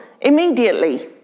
immediately